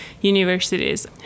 universities